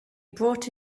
brought